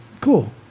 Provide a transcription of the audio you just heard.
Cool